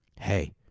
hey